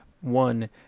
one